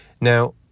Now